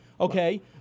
okay